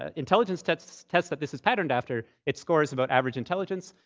ah intelligence test test that this is patterned after, it scores about average intelligence.